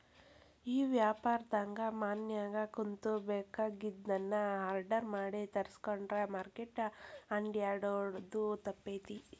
ಈ ವ್ಯಾಪಾರ್ದಾಗ ಮನ್ಯಾಗ ಕುಂತು ಬೆಕಾಗಿದ್ದನ್ನ ಆರ್ಡರ್ ಮಾಡಿ ತರ್ಸ್ಕೊಂಡ್ರ್ ಮಾರ್ಕೆಟ್ ಅಡ್ಡ್ಯಾಡೊದು ತಪ್ತೇತಿ